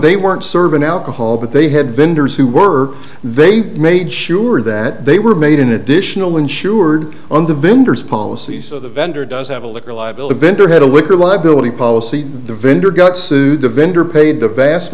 they weren't serving alcohol but they had vendors who were they made sure that they were made an additional insured on the vendors policies of the vendor does have a liquor liability bender had a liquor liability policy the vendor got sued the vendor paid the vast